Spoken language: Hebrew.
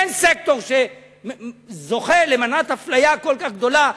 אין סקטור שזוכה למנת אפליה כל כך גדולה.